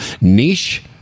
niche